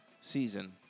season